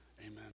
amen